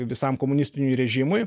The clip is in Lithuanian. visam komunistiniui režimui